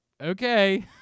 Okay